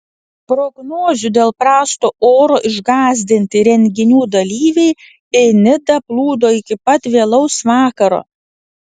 prognozių dėl prasto oro išgąsdinti renginių dalyviai į nidą plūdo iki pat vėlaus vakaro